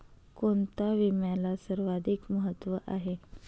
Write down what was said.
कोणता विम्याला सर्वाधिक महत्व आहे?